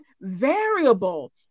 variable